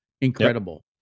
Incredible